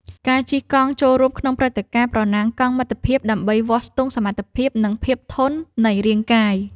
ការជិះកង់ចូលរួមក្នុងព្រឹត្តិការណ៍ប្រណាំងកង់មិត្តភាព ដើម្បីវាស់ស្ទង់សមត្ថភាព និងភាពធន់នៃរាងកាយ។